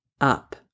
up